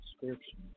description